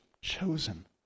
chosen